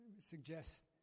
suggest